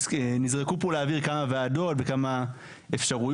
נזרקו פה לאוויר כמה ועדות וכמה אפשרויות.